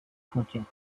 projects